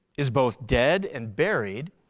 is both dead and buried,